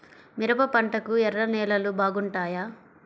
మిరప పంటకు ఎర్ర నేలలు బాగుంటాయా?